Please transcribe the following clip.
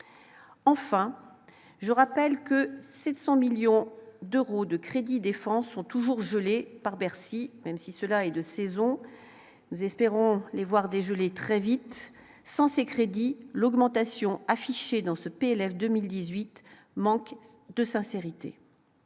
Enfin, je rappelle que 700 millions d'euros de crédits défense sont toujours gelés par Bercy, même si cela est de saison nous espérons les voir des gelées très vite sans ces crédits l'augmentation affichée dans ce PLF 2018 manque de sincérité,